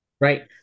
Right